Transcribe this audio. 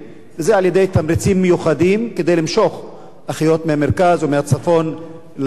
על-ידי תמריצים מיוחדים כדי למשוך אחיות מהמרכז או מהצפון לנגב.